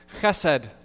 chesed